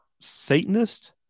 Satanist